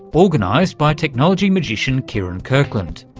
but organised by technology magician kieron kirkland,